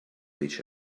each